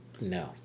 no